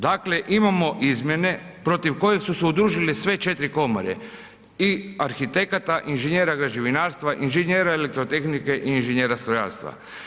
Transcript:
Dakle, imamo izmjene protiv koje su se udružile sve 4 komore i arhitekata, inženjera građevinarstva, inženjera elektrotehnike i inženjera strojarstva.